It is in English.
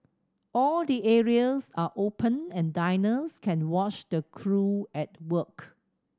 all the areas are open and diners can watch the crew at work